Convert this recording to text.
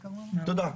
תודה.